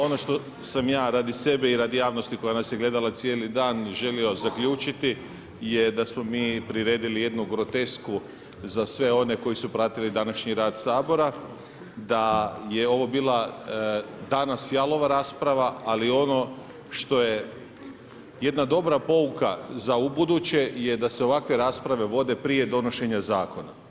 Ono što sam ja radi sebe i radi javnosti koja nas je gledala cijeli dan želio zaključiti je da smo mi priredili jednu grotesku za sve one koji su pratili današnji rad Sabora da je ovo bila danas jalova rasprava, ali ono što je jedna dobra pouka za ubuduće je da se ovakve rasprave vode prije donošenja zakona.